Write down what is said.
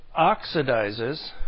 oxidizes